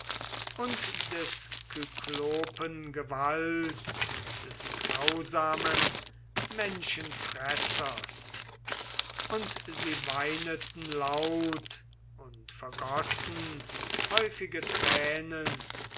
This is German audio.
und des kyklopen gewalt des grausamen menschenfressers und sie weineten laut und vergossen häufige tränen